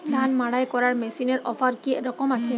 ধান মাড়াই করার মেশিনের অফার কী রকম আছে?